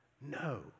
No